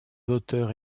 auteurs